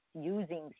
using